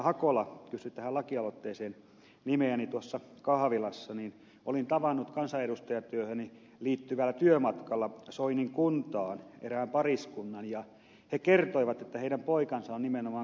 hakola kysyi tähän lakialoitteeseen nimeäni tuossa kahvilassa olin tavannut kansanedustajan työhöni liittyvällä työmatkalla soinin kuntaan erään pariskunnan ja he kertoivat että heidän poikansa on nimenomaan kriisinhallintatehtävissä